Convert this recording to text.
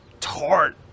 Tart